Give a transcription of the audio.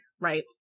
right